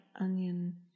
onion